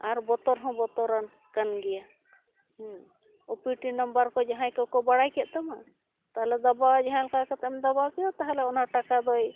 ᱟᱨ ᱵᱚᱛᱚᱨ ᱦᱚᱸ ᱵᱚᱛᱚᱨᱟᱱ ᱠᱟᱱ ᱜᱮᱭᱟ ᱦᱮᱸ ᱳ ᱯᱤ ᱴᱤ ᱱᱟᱢᱵᱟᱨ ᱠᱚ ᱡᱟᱦᱟᱸᱭ ᱠᱚᱠᱚ ᱵᱟᱲᱟᱭ ᱠᱮᱫ ᱛᱟᱢᱟ ᱛᱟᱦᱚᱞᱮ ᱫᱟᱵᱟᱣᱟᱭ ᱡᱟᱦᱟᱸ ᱞᱮᱠᱟ ᱠᱟᱛᱮᱢ ᱫᱟᱵᱟᱣ ᱠᱮᱫᱟ ᱛᱟᱦᱚᱞᱮ ᱚᱱᱟ ᱴᱟᱠᱟ ᱫᱚᱭ